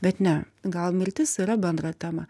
bet ne gal mirtis yra bendra tema